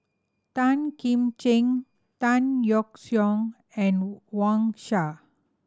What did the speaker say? Tan Kim Ching Tan Yeok Seong and Wang Sha